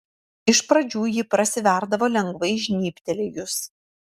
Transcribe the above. iš pradžių ji prasiverdavo lengvai žnybtelėjus